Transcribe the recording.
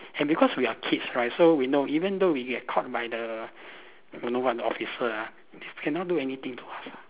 and because we are kids right so we know even though we get caught by the don't know what the officer ah they cannot do anything to us ah